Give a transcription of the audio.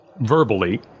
verbally